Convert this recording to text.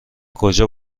کجا